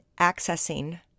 accessing